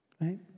right